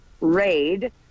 raid